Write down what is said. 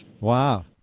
Wow